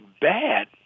bad